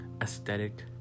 aesthetic